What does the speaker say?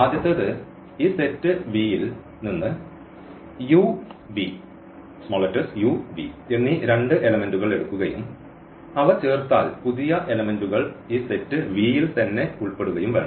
ആദ്യത്തേത് ഈ set V യിൽ നിന്ന് u v എന്നീ രണ്ട് എലെമെന്റുകൾ എടുക്കുകയും അവ ചേർത്താൽ പുതിയ എലെമെന്റുകൾ ഈ സെറ്റ് V യിൽ തന്നെ ഉൾപ്പെടുകയും വേണം